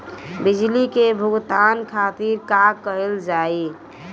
बिजली के भुगतान खातिर का कइल जाइ?